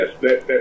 Yes